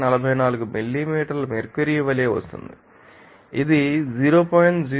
44 మిల్లీమీటర్ల మెర్క్యూరీ వలె వస్తుంది ఇది 0